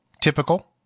Typical